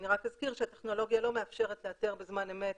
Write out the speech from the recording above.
אני רק אזכיר שהטכנולוגיה לא מאפשרת לאתר בזמן אמת